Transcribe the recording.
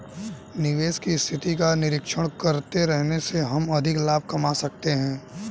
निवेश की स्थिति का निरीक्षण करते रहने से हम अधिक लाभ कमा सकते हैं